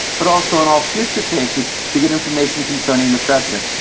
but also on all future cases to get information concerning the president.